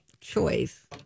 choice